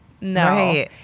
no